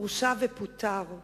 הורשע ופוטר.